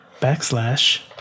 backslash